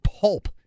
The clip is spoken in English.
pulp